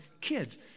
kids